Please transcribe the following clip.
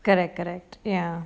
correct correct ya